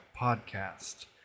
podcast